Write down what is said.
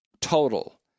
total